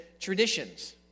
traditions